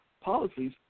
policies